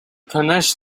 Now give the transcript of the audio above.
punish